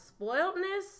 spoiledness